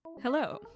Hello